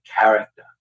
character